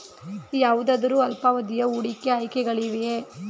ಯಾವುದಾದರು ಅಲ್ಪಾವಧಿಯ ಹೂಡಿಕೆ ಆಯ್ಕೆಗಳಿವೆಯೇ?